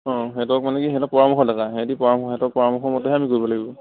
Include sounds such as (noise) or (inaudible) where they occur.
অঁ সিহঁতক মানে কি সিহঁত পৰামৰ্শদাতা সিহঁতি (unintelligible) সিহঁতৰ পৰামৰ্শমতেহে আমি কৰিব লাগিব